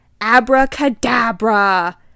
Abracadabra